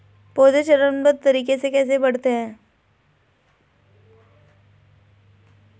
पौधे चरणबद्ध तरीके से कैसे बढ़ते हैं?